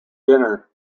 dinner